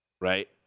Right